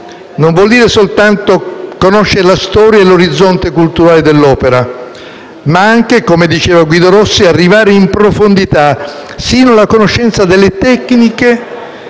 vuol dire non soltanto conoscere la storia e l'orizzonte culturale dell'opera, ma anche, come diceva Guido Rossi, arrivare in profondità, sino alla conoscenza delle tecniche